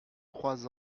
trois